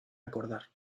acordar